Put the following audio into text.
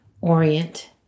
orient